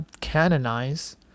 canonize